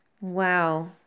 Wow